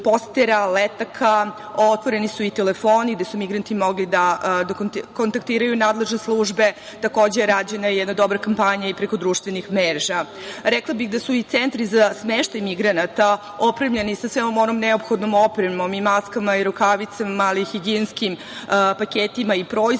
letaka, otvoreni su i telefoni gde su migranti mogli da kontaktiraju nadležne službe, takođe, rađena je i jedna dobra kampanja preko društvenih mreža. Rekla bih da su i centri za smeštaj migranata opremljeni sa svom onom neophodnom opremom i maskama i rukavicama, ali i higijenskim paketima i proizvoda